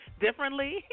differently